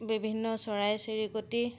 বিভিন্ন চৰাই চিৰিকটি